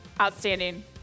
outstanding